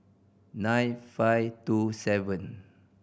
nine five two seven